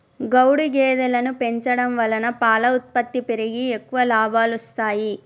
గౌడు గేదెలను పెంచడం వలన పాల ఉత్పత్తి పెరిగి ఎక్కువ లాభాలొస్తాయి